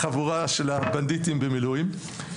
החבורה של הבנדיטים במילואים.